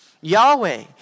Yahweh